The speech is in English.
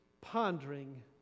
pondering